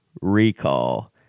Recall